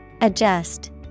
Adjust